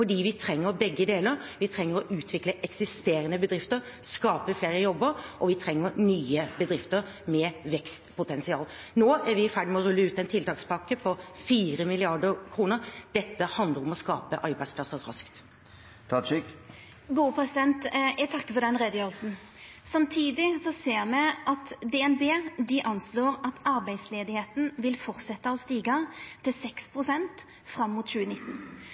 vi trenger begge deler. Vi trenger å utvikle eksisterende bedrifter og skape flere jobber, og vi trenger nye bedrifter med vekstpotensial. Nå er vi i ferd med å rulle ut en tiltakspakke på 4 mrd. kr. Dette handler om å skape arbeidsplasser raskt. Eg takkar for denne utgreiinga. Samtidig ser me at DNB anslår at arbeidsløysa vil fortsetja å stiga til 6 pst. fram mot 2019.